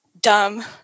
dumb